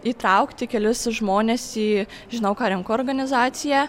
įtraukti kelis žmones į žinau ką renku organizaciją